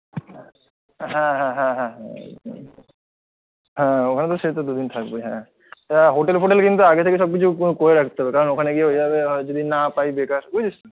হ্যাঁ হ্যাঁ হ্যাঁ হ্যাঁ হ্যাঁ হ্যাঁ ওখানে তো সেই তো দু দিন থাকবোই হ্যাঁ তা হোটেল ফোটেল কিন্তু আগে থেকে সব কিছু করে রাখতে হবে কারণ ওখানে গিয়ে ওইভাবে যদি না পাই বেকার বুঝেছিস তো